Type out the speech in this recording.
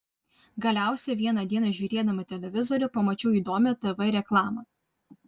galiausiai vieną dieną žiūrėdama televizorių pamačiau įdomią tv reklamą